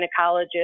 gynecologist